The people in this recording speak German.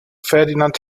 ferdinand